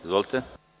Izvolite.